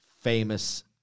famous